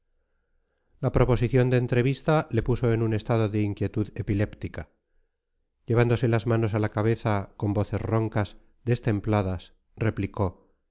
la proposición de entrevista le puso en un estado de inquietud epiléptica llevándose las manos a la cabeza con voces roncas destempladas replicó